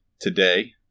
today